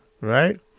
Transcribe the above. right